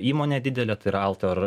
įmonė didelė tai yra alter